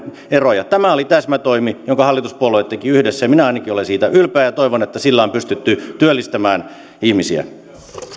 eroja tämä oli täsmätoimi jonka hallituspuolueet tekivät yhdessä minä ainakin olen siitä ylpeä ja toivon että sillä on pystytty työllistämään ihmisiä